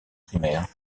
primaire